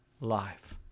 life